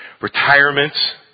retirement